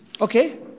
Okay